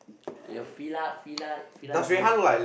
your Fila Fila Fila gay